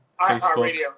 iHeartRadio